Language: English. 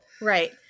Right